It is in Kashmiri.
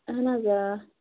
اَہَن حظ آ